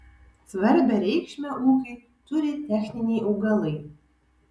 svarbią reikšmę ūkiui turi techniniai augalai